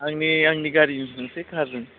आंनि आंनि गारिजों थांनोसै कारजों